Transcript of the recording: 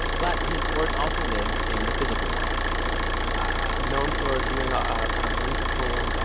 but his work also lives in the physical world i'm known for doing a ah kind of whimsical,